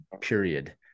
period